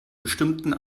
bestimmten